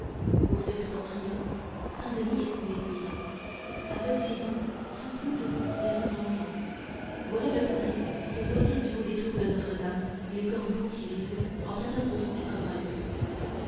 au septentrion saint-denis et son aiguille à l'occident saint-cloud et son donjon voilà le paris que voyaient du haut des tours de notre-dame les corbeaux qui vivaient en